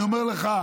אני אומר לך,